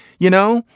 you know,